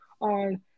on